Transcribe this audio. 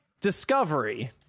Discovery